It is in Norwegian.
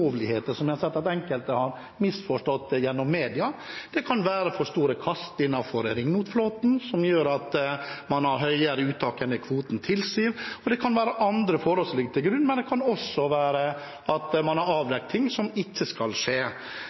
enkelte har misforstått det gjennom media. Det kan være for store kast innenfor ringnotflåten, som gjør at man har høyere uttak enn det kvoten tilsier, og det kan være andre forhold som ligger til grunn. Men det kan også være at man har avdekket ting som ikke skal skje.